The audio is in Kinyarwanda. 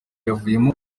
yavuyemo